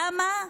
למה?